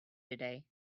today